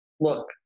look